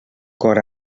cor